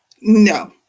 no